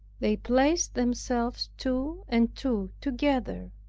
they placed themselves two and two together,